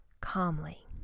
Calmly